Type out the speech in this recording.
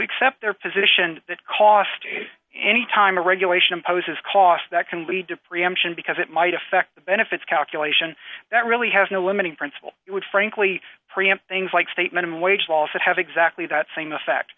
accept their position that cost any time a regulation imposes costs that can lead to preemption because it might affect the benefits calculation that really has no limiting principle it would frankly preempt things like state minimum wage laws that have exactly that same effect